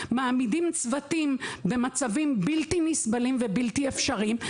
מעמידים צוותים במצבים בלתי נסבלים ובלתי אפשריים,